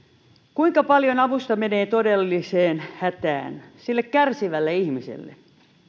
kuinka paljon avusta menee todelliseen hätään sille kärsivälle ihmiselle